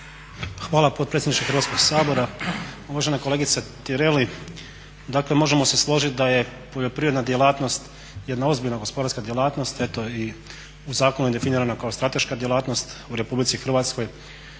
Hvala potpredsjedniče Hrvatskog sabora. Uvažena kolegice Tireli dakle možemo se složiti da je poljoprivredna djelatnost jedna ozbiljna gospodarska djelatnost, eto i u zakonu je definirana kao strateška djelatnost u RH. Takva